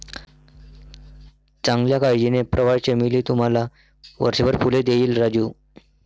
चांगल्या काळजीने, प्रवाळ चमेली तुम्हाला वर्षभर फुले देईल राजू